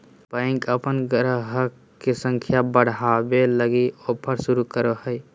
bank अपन गाहक के संख्या बढ़ावे लगी ऑफर शुरू करो हय